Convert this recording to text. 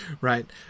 right